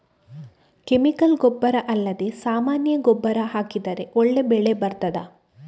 Chemical ಗೊಬ್ಬರ ಅಲ್ಲದೆ ಸಾಮಾನ್ಯ ಗೊಬ್ಬರ ಹಾಕಿದರೆ ಒಳ್ಳೆ ಬೆಳೆ ಬರ್ತದಾ?